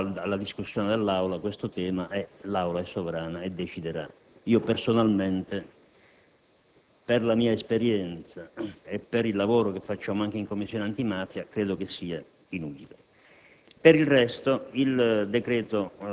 quindi rimesso alla discussione dell'Aula questo tema; l'Aula è sovrana e deciderà. Personalmente, per la mia esperienza e per il lavoro che facciamo anche in Commissione antimafia, credo sia inutile.